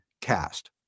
cast